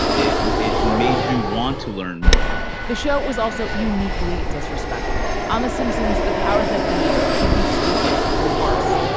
and it and it made you want to learn more about the show it was also uniquely disrespectful on the simpsons. the powers that be could be stupid or worse.